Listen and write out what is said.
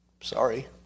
Sorry